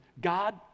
God